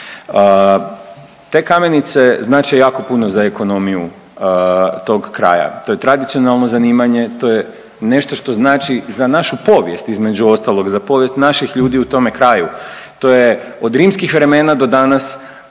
Te kamenice znače jako puno za ekonomiju tog kraja. To je tradicionalno zanimanje, to je nešto što znači za našu povijest između ostalog, pa povijest naših ljudi u tome kraju. To je od rimskih vremena do danas